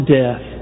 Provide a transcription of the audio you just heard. death